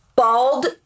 Bald